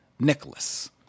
Nicholas